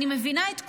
אני מבינה את כולם.